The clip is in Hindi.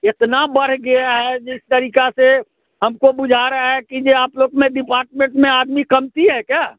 इतना बढ़ गया है जिस तरीका से हमको बुझा रहा है कि जे आप लोग में डिपार्टमेंट में आदमी कमती है क्या